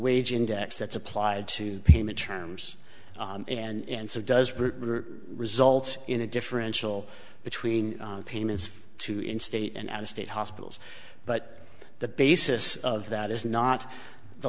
wage index that's applied to payment terms and so does result in a differential between payments to in state and out of state hospitals but the basis of that is not the